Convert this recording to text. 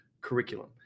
curriculum